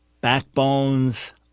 backbones